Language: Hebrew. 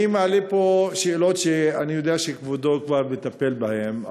אני מעלה פה שאלות שאני יודע שכבודו כבר מטפל בהן,